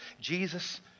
Jesus